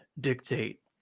dictate